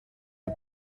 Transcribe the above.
der